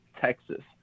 Texas